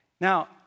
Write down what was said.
Now